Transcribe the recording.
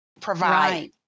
provide